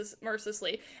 mercilessly